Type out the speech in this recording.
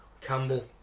Campbell